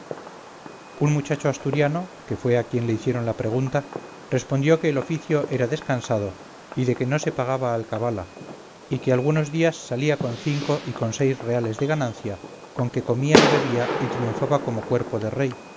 un muchacho asturiano que fue a quien le hicieron la pregunta respondió que el oficio era descansado y de que no se pagaba alcabala y que algunos días salía con cinco y con seis reales de ganancia con que comía y bebía y triunfaba como cuerpo de rey